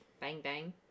bang-bang